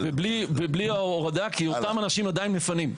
ובלי ההורדה, כי אותם אנשים עדיין מפנים.